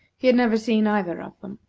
he had never seen either of them.